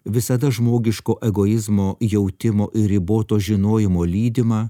visada žmogiško egoizmo jautimo ir riboto žinojimo lydimą